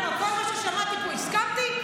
למה, לכל מה ששמעתי פה הסכמתי?